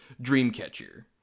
Dreamcatcher